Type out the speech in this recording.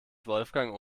wolfgang